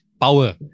power